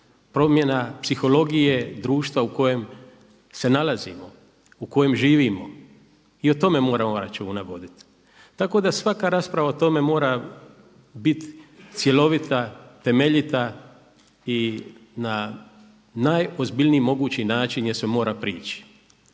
promjena psihologije društva u kojem se nalazimo, u kojem živimo i o tome moramo računa voditi. Tako da svaka rasprava o tome mora biti cjelovita, temeljita i na najozbiljniji mogući način joj se mora priči.